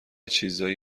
چیزایی